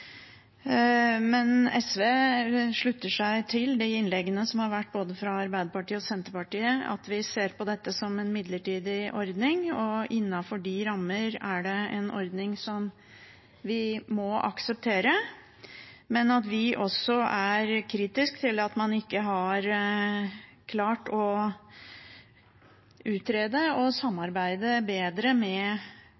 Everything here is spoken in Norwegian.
Men SV slutter seg til de innleggene som har vært fra både Arbeiderpartiet og Senterpartiet, om at vi ser på dette som en midlertidig ordning, og innenfor de rammer er det en ordning vi må akseptere, men at vi også er kritiske til at man ikke har klart å utrede og